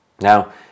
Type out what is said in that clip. Now